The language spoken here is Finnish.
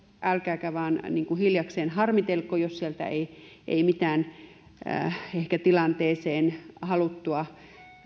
älkääkä vain hiljakseen harmitelko jos sieltä ei löydy mitään tilanteeseen haluttua